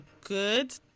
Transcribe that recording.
good